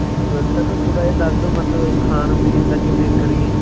sir ਥੋੜ੍ਹਾ ਜਿਹਾ ਦੱਸ ਦਿਓ ਮਤਲਬ ਖਾਣ ਪੀਣ ਦਾ ਕਿਵੇਂ ਕਰੀਏ